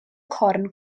corn